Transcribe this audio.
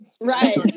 Right